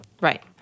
Right